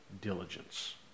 diligence